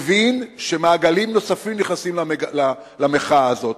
מבין שמעגלים נוספים נכנסים למחאה הזו.